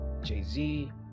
Jay-Z